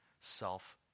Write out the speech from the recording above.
self